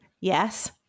Yes